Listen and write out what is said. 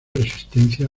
resistencia